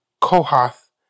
Kohath